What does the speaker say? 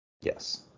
Yes